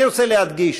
אני רוצה להדגיש: